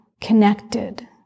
connected